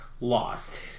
lost